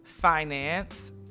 finance